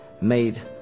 made